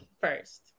first